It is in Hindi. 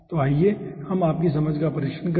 तो आइए हम आपकी समझ का परीक्षण करें